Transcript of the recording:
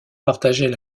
partageaient